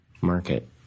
market